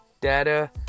Data